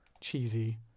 cheesy